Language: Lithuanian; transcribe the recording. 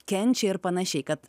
kenčia ir panašiai kad